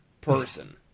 person